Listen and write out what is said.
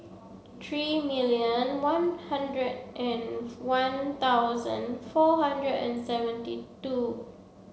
thirty million one hundred and one thousand four hundred and seventy two